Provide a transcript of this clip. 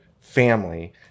family